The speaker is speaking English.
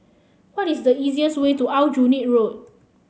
what is the easiest way to Aljunied Road